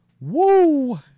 Woo